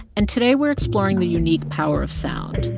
and today, we're exploring the unique power of sound,